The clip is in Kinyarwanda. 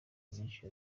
menshi